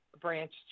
branch